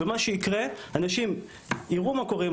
מה שיקרה זה שאנשים יראו מה קורה עם